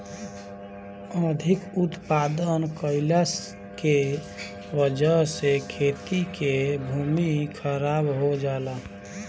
अधिक उत्पादन कइला के वजह से खेती के भूमि खराब हो जाला